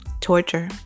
Torture